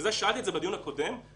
זה לא סמכות של קצין חקירות.